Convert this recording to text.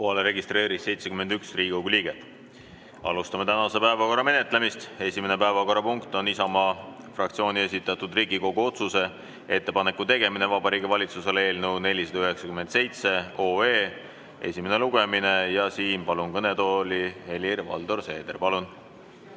registreerus 71 Riigikogu liiget. Alustame tänase päevakorra menetlemist. Esimene päevakorrapunkt on Isamaa fraktsiooni esitatud Riigikogu otsuse "Ettepaneku tegemine Vabariigi Valitsusele" eelnõu 497 esimene lugemine. Palun kõnetooli Helir-Valdor Seederi.